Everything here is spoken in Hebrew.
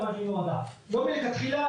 שמחד פתרון כזה מאוד מצמצם את התחולה,